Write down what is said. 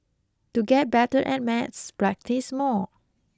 to get better at maths practise more